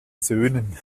söhnen